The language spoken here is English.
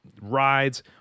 rides